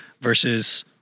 versus